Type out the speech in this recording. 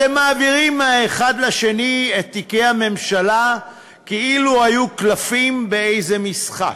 אתם מעבירים מהאחד לשני את תיקי הממשלה כאילו היו קלפים באיזה משחק,